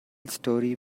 story